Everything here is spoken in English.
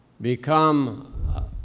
become